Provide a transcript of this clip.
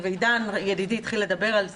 ועידן ידידי התחיל לדבר על זה,